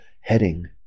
heading